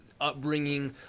upbringing